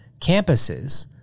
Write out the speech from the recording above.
campuses